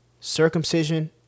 Circumcision